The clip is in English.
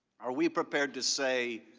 are we prepared to say,